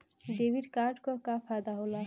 Debit card क का फायदा हो ला?